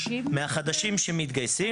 מהחדשים?